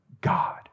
God